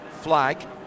flag